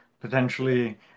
potentially